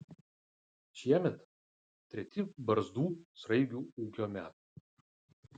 šiemet treti barzdų sraigių ūkio metai